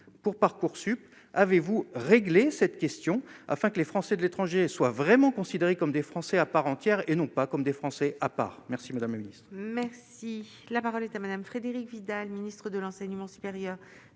pour Parcoursup avez-vous régler cette question afin que les Français de l'étranger soit vraiment considérés comme des Français à part entière et non pas comme des Français à part merci madame la ministre. Merci, la parole est à Madame Frédérique Vidal, ministre de l'enseignement supérieur